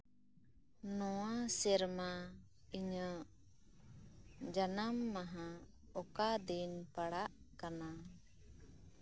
ᱱᱚᱣᱟ ᱥᱮᱨᱢᱟ ᱤᱧᱟᱹᱜ ᱡᱟᱱᱟᱢ ᱢᱟᱦᱟ ᱚᱠᱟ ᱫᱤᱱ ᱯᱟᱲᱟᱜ ᱠᱟᱱᱟ